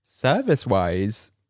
Service-wise